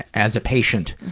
as a patient,